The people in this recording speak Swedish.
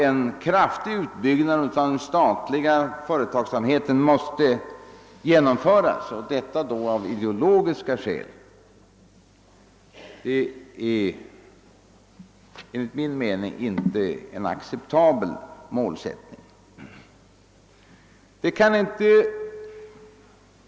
En kraftig utbyggnad av den statliga företagsamheten av ideologiska skäl är inte enligt min mening en acceptabel målsättning.